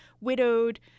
widowed